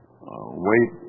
weight